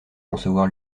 concevoir